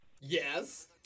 yes